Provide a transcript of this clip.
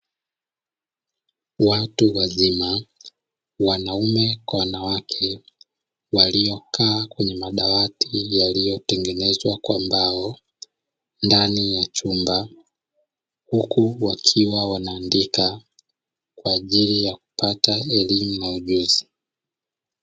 Watu wazima wanaume kwa wanawake waliokaa kwenye viti vilivyotengenezwa kwa mbao ndani ya chumba huku wakiwa wanaandika kwaajili ya kupata elimu na ujuzi.